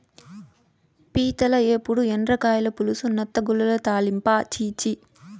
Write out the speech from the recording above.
పీతల ఏపుడు, ఎండ్రకాయల పులుసు, నత్తగుల్లల తాలింపా ఛీ ఛీ